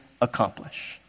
accomplish